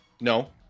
No